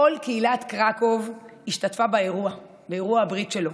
כל קהילת קרקוב השתתפה באירוע הברית שלו,